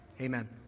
Amen